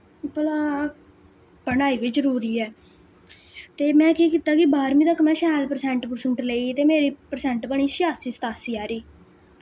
भला पढ़ाई बी जरुरी ऐ ते में केह् कीत्ता कि बाह्रमी तक में शैल पर्सेंट पर्सुंट लेई ते मेरी पर्सेंट बनी छेयासी सतासी हारी